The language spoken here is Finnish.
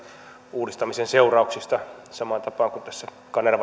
uudistamisen seurauksista samaan tapaan kuin tässä kanerva